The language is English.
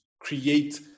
create